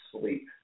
sleep